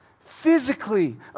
Physically